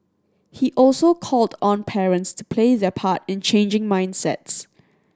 he also called on parents to play their part in changing mindsets